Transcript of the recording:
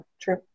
true